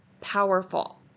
powerful